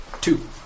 Two